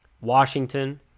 Washington